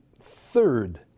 third